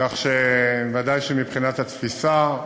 כך שוודאי שמבחינת התפיסה,